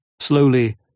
Slowly